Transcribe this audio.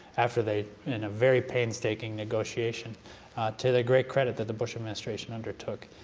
after they in a very pains-taking negotiation to the great credit that the bush administration undertook.